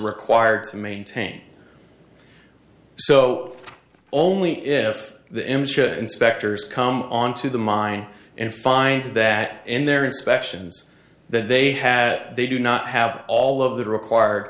required to maintain so only if the insurer inspectors come on to the mine and find that in their inspections that they have they do not have all of the required